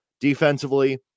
Defensively